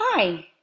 Hi